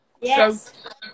Yes